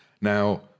Now